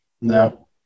no